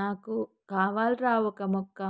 నాకు కావాల్రా ఓక మొక్క